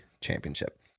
championship